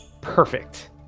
Perfect